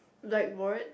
like what